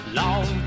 long